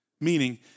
Meaning